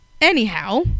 anyhow